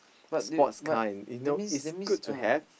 sports car in you know it's good to have